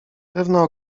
pewno